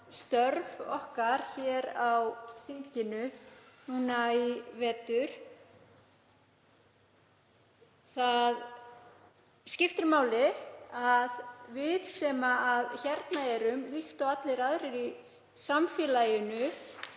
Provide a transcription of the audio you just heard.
sinn á störf okkar á þinginu í vetur. Það skiptir máli að við sem hérna erum, líkt og allir aðrir í samfélaginu,